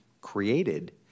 created